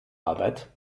arbeit